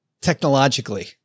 technologically